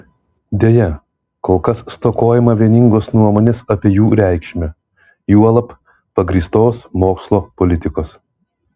deja kol kas stokojama vieningos nuomonės apie jų reikšmę juolab pagrįstos mokslo politikos